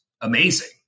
amazing